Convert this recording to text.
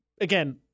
Again